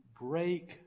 break